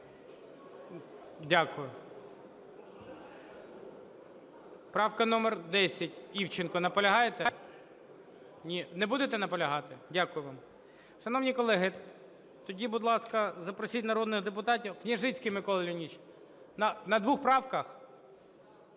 Дякую. Правка номер 10, Івченко. Наполягаєте? Ні. Не будете наполягати? Дякую вам. Шановні колеги, тоді, будь ласка, запросіть народних депутатів. Княжицький Микола Леонідович. На двох правках?